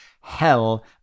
Hell